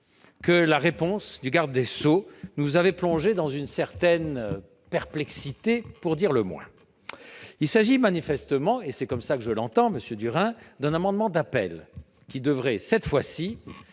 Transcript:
que la réponse de la garde des sceaux nous avait plongés dans une certaine perplexité, pour dire le moins. Il s'agit manifestement, et c'est ainsi que je l'entends, monsieur Durain, d'un amendement d'appel, qui devrait cette fois-ci,